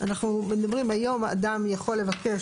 אנחנו מדברים היום אדם יכול לבקש,